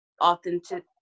authentic